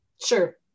Sure